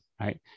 right